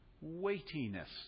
weightiness